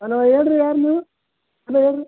hello ಹೇಳ್ರಿ ಯಾರು ನೀವು ಅಲೋ ಹೇಳ್ರಿ